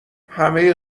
همه